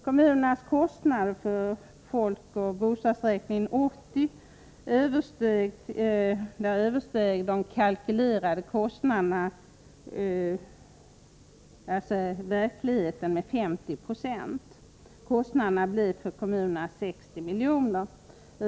Kommunernas verkliga kostnader för folkoch bostadsräkningen 80 översteg de kalkylerade kostnaderna med 50 96. Kostnaderna blev för kommunerna 60 milj.kr.